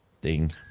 Ding